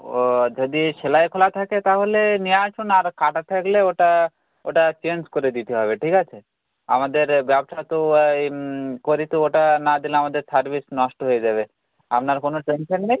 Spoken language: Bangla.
ও যদি সেলাই খোলা থাকে তাহলে নিয়ে আসুন আর কাটা থাকলে ওটা ওটা চেঞ্জ করে দিতে হবে ঠিক আছে আমাদের ব্যবসা তো করি তো ওটা না দিলে আমাদের সার্ভিস নষ্ট হয়ে যাবে আপনার কোনো টেনশন নেই